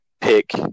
pick